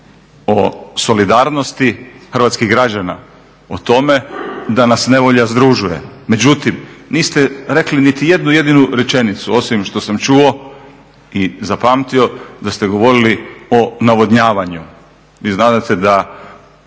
o solidarnosti hrvatskih građana, o tome da nas nevolja združuje. Međutim, niste rekli niti jednu jedinu rečenicu osim što sam čuo i zapamtio da ste govorili o navodnjavanju. Vi znadete da